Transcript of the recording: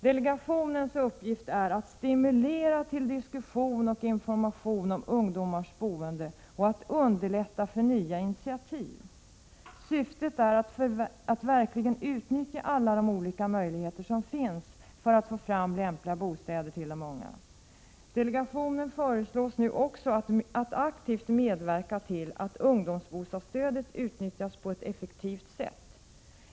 Delegationens uppgift är att stimulera till diskussion och information om ungdomars boende och att underlätta nya initiativ. Syftet är att verkligen utnyttja alla de olika möjligheter som finns för att få fram lämpliga bostäder för unga. Delegationen föreslås nu också aktivt medverka till att ungdomsbostadsstödet utnyttjas på ett effektivt sätt.